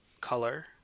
color